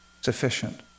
sufficient